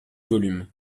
volumes